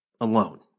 alone